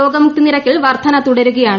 രോഗമുക്തി നിരക്കിൽ വർധന തുടരുകയാണ്